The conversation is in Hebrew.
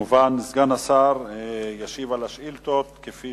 השר ישיב על השאילתות כפי